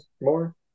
more